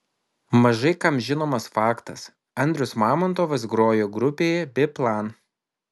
mažai kam žinomas faktas andrius mamontovas grojo grupėje biplan